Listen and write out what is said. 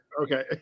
Okay